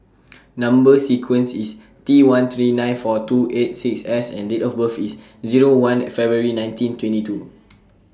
Number sequence IS T one three nine four two eight six S and Date of birth IS Zero one February nineteen twenty two